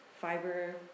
fiber